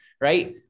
right